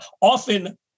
often